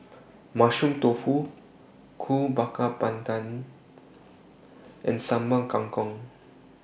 Mushroom Tofu Kuih Bakar Pandan and Sambal Kangkong